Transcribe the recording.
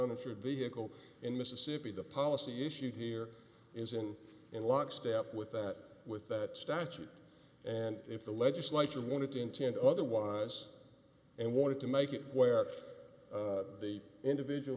unanswered vehicle in mississippi the policy issue here isn't in lockstep with that with that statute and if the legislature wanted to intent otherwise and wanted to make it where the individual